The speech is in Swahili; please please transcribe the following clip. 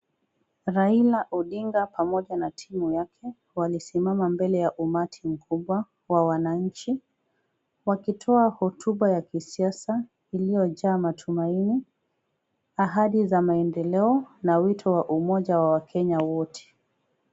Raila Odinga pamoja na timu yake, wanasimama mbele ya umati mkubwa ya wananchi, wakitoa hotuba ya kisiasa iliyojaa matumaini. Ahadi za maendeleo na wito wa umoja wa wakenya wote.